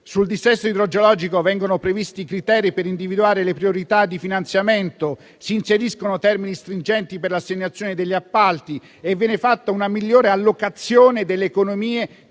Sul dissesto idrogeologico vengono previsti i criteri per individuare le priorità di finanziamento, si inseriscono termini stringenti per l'assegnazione degli appalti e viene fatta una migliore allocazione delle economie